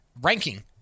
ranking